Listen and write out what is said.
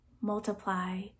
multiply